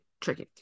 Tricky